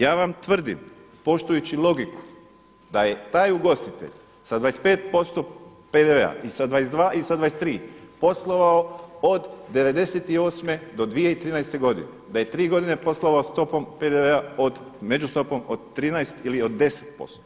Ja vam tvrdim poštujući logiku, da je taj ugostitelj sa 25% PDV-a i sa 22 i sa 23 poslovao od '98. do 2013. godine, da je 3 godine poslovao stopom PDV-a od, međustopom od 13 ili od 10%